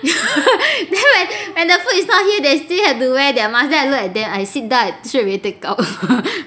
then when when the food is not here they still have to wear their mask then I look at them I sit down I straight away take out